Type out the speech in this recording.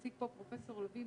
הציג פה פרופ' לוין